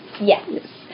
Yes